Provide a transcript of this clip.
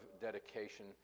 dedication